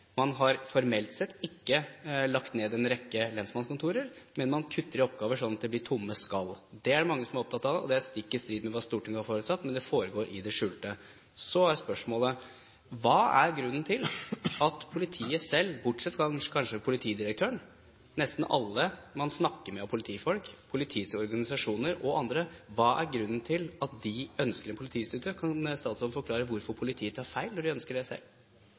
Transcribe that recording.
man har formelt sett ikke lagt ned en rekke lensmannskontorer, men man kutter i oppgaver, sånn at de blir tomme skall. Det er det mange som er opptatt av, og det er stikk i strid med det Stortinget har forutsatt, men det foregår i det skjulte. Så er spørsmålene: Hva er grunnen til at politiet selv, kanskje bortsett fra politidirektøren, men nesten alle politifolk man snakker med, politiets organisasjoner og andre ønsker en politistudie? Kan statsråden forklare hvorfor politiet tar feil, når de ønsker det selv?